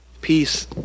Peace